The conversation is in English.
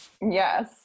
Yes